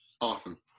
awesome